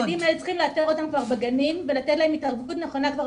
הילדים צריכים לאתר אותם כבר בגנים ולתת להם התערבות נכונה כבר